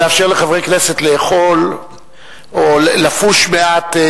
לאפשר לחברי כנסת לאכול או לפוש מעט.